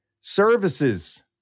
Services